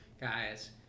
guys